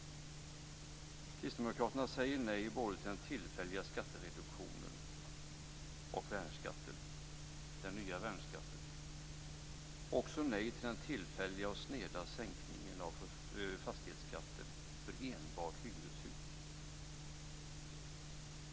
Kristdemokraterna säger nej till både den tillfälliga skattereduktionen och den nya värnskatten, och vi säger nej till den tillfälliga och sneda sänkningen av fastighetsskatten för enbart hyreshus.